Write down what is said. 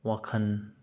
ꯋꯥꯈꯟ